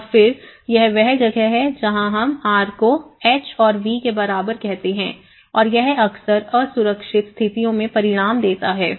और फिर यह वह जगह है जहां हम R को H V के बराबर कहते हैं और यह अक्सर असुरक्षित स्थितियों में परिणाम देता है